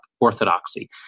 orthodoxy